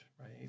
right